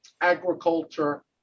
agriculture